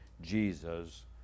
Jesus